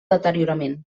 deteriorament